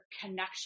connection